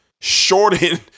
shorten